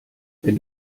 wenn